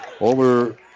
over